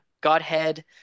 Godhead